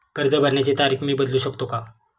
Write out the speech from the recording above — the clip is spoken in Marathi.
कर्ज भरण्याची तारीख मी बदलू शकतो का?